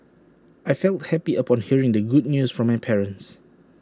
I felt happy upon hearing the good news from my parents